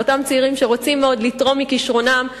ואותם צעירים שרוצים מאוד לתרום מכשרונם,